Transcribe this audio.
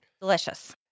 Delicious